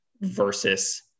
versus